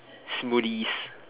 smoothies